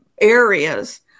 areas